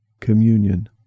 communion